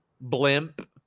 blimp